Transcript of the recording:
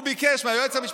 הוא ביקש מהיועץ המשפטי,